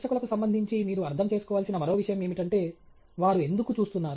ప్రేక్షకులకు సంబంధించి మీరు అర్థం చేసుకోవలసిన మరో విషయం ఏమిటంటే వారు ఎందుకు చూస్తున్నారు